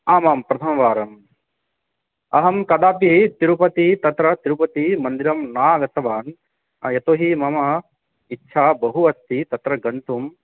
आमां प्रथमवारम् अहं कदापि तिरुपति तत्र तिरुपतिमन्दिरं न गतवान् यतो हि मम इच्छा बहु अस्ति तत्र गन्तुम्